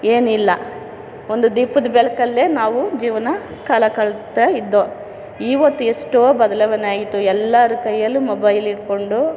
ಏನಿಲ್ಲ ಒಂದು ದೀಪದ ಬೆಳ್ಕಲ್ಲೇ ನಾವು ಜೀವನ ಕಾಲ ಕಳೀತಾ ಇದ್ದೊ ಇವತ್ತು ಎಷ್ಟೋ ಬದಲಾವಣೆ ಆಯಿತು ಎಲ್ಲರ ಕೈಯ್ಯಲೂ ಮೊಬೈಲ್ ಹಿಡ್ಕೊಂಡು